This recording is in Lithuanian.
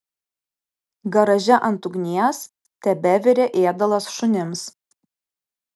garaže ant ugnies tebevirė ėdalas šunims